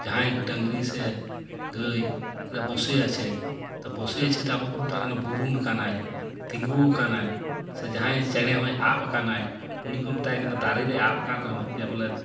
ᱡᱟᱦᱟᱸᱭ ᱰᱟᱹᱝᱨᱤ ᱥᱮ ᱜᱟᱹᱭ ᱢᱮᱱ ᱫᱟᱭ ᱵᱳᱥᱮ ᱟᱪᱷᱮ ᱛᱚ ᱵᱳᱥᱮ ᱟᱪᱷᱮ ᱫᱚ ᱟᱵᱚ ᱵᱚᱱ ᱢᱮᱛᱟᱜ ᱠᱟᱱᱟ ᱵᱩᱨᱩᱢ ᱟᱠᱟᱱᱟᱭ ᱛᱤᱸᱜᱩᱣ ᱟᱠᱟᱱᱟᱭ ᱥᱮ ᱡᱟᱦᱟᱸᱭ ᱪᱮᱬᱮ ᱦᱚᱸᱭ ᱟᱵ ᱟᱠᱟᱱᱟᱭ ᱩᱱᱤ ᱠᱚ ᱢᱮᱛᱟᱭ ᱠᱟᱱᱟ ᱫᱟᱨᱮ ᱨᱮ ᱟᱵ ᱟᱠᱟᱱ ᱨᱮᱦᱚᱸ ᱡᱮ ᱵᱚᱞᱮ